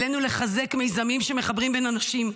עלינו לחזק מיזמים שמחברים בין אנשים,